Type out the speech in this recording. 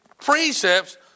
precepts